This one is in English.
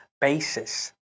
basis